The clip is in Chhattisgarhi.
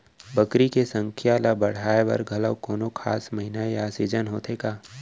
बकरी के संख्या ला बढ़ाए बर घलव कोनो खास महीना या सीजन होथे का?